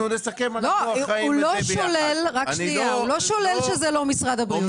הוא לא שולל שזה יהיה משרד הבריאות.